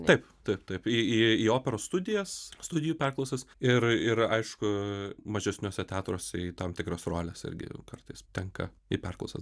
taip taip taip į į į operos studijas studijų perklausas ir ir aišku mažesniuose teatruose į tam tikras roles irgi kartais tenka į perklausas